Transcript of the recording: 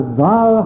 thou